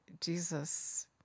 Jesus